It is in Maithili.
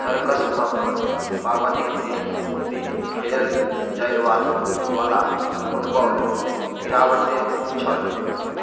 सरकस पर पाबनिक दिन खेलल जाय वला फुटबॉल गिरावटे मे छल